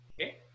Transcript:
Okay